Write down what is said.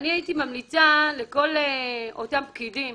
הייתי ממליצה לכל אותם פקידים